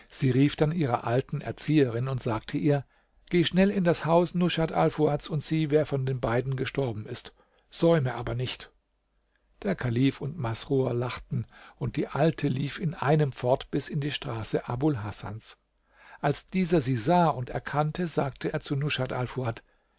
sie rief dann ihrer alten erzieherin und sagte ihr geh schnell in das haus rushat alfuads und sieh wer von den beiden gestorben ist säume aber nicht der kalif und masrur lachten und die alte lief in einem fort bis in die straße abul hasans als dieser sie sah und erkannte sagte er zu